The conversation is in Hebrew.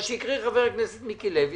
מה שהקריא חבר הכנסת מיקי לוי,